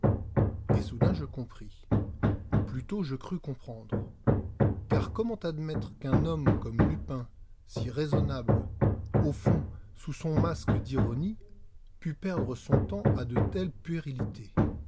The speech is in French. et soudain je compris ou plutôt je crus comprendre car comment admettre qu'un homme comme lupin si raisonnable au fond sous son masque d'ironie pût perdre son temps à de telles